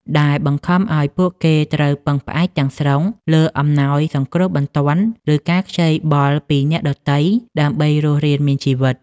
ដែលបង្ខំឱ្យពួកគេត្រូវពឹងផ្អែកទាំងស្រុងលើអំណោយសង្គ្រោះបន្ទាន់ ឬការខ្ចីបុលពីអ្នកដទៃដើម្បីរស់រានមានជីវិត។